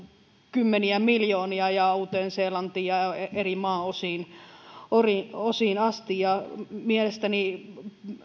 kymmeniä miljoonia ja uuteen seelantiin ja eri maanosiin asti mielestäni